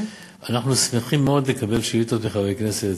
אנחנו שמחים מאוד לקבל שאילתות מחברי כנסת.